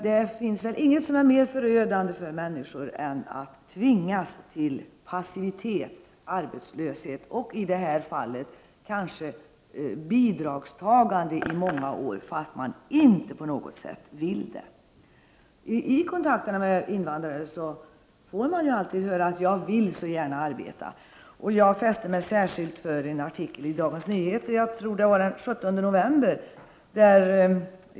Det finns väl ingenting som är mer förödande för människor än att tvingas till passivitet, arbetslöshet — och i det här fallet kanske bidragstagande i många år fast man inte på något sätt vill det. I kontakterna med invandrare får man alltid höra att ”jag vill så gärna arbeta”. Jag fäste mig särskilt vid en artikel i Dagens Nyheter den 17 november.